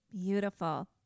beautiful